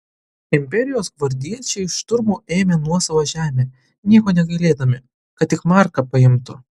imperijos gvardiečiai šturmu ėmė nuosavą žemę nieko negailėdami kad tik marką paimtų